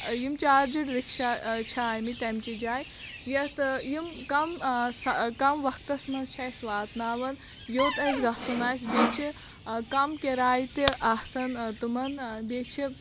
یِم charged rickshaw چھِ آمٕتۍ تَمہِ چہِ جایہِ یَتھ یِم کَم سا کَم وقتَس منٛز چھِ اَسہِ واتٕناوان یوٚت اَسہِ گژھُن آسہِ بیٚیہِ چھِ کَم کِرایہِ تہِ آسان تِمَن بیٚیہِ چھِ